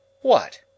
What